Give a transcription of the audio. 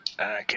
Okay